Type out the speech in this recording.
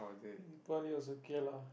I think was okay lah